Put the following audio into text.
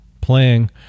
playing